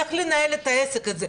איך לנהל את העסק הזה.